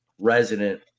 resident